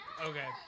okay